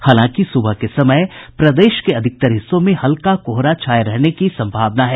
हालांकि सुबह के समय प्रदेश के अधिकांश हिस्सों में हल्का कोहरा छाये रहने की संभावना है